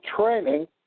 training